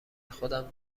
خودم